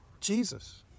Jesus